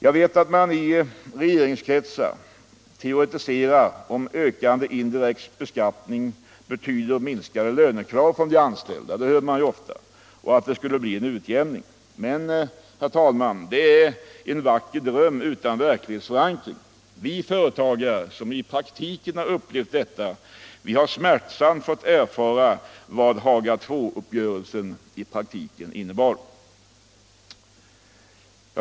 Jag vet att man i regeringskretsar teoretiserar om att ökande indirekt beskattning betyder minskade lönekrav från de anställda, och att det skulle bli en utjämning. Men, herr talman, det är bara en vacker dröm utan verklighetsförankring. Vi företagare, som i praktiken upplevt situationen, har smärtsamt fått erfara vad Haga II-uppgörelsen i verkligheten innebar.